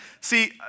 See